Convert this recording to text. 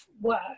work